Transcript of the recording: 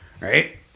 right